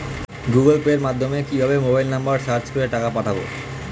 Google Pay মাধ্যমে কিভাবে mobile number search করে টাকা পাঠাবো?